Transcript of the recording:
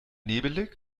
nebelig